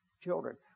children